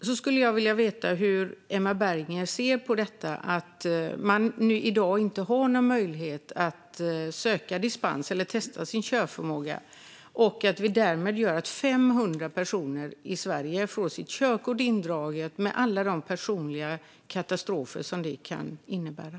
Jag skulle vilja veta: Hur ser Emma Berginger på att man i dag inte har någon möjlighet att söka dispens eller testa sin körförmåga och att 500 personer i Sverige därmed fått sitt körkort indraget, med alla de personliga katastrofer som det kan innebära?